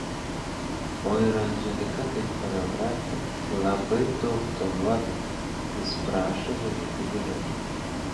o ir anželika kaip choreografė labai daug to duoda vis prašo žiūrėti giliau